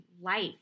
life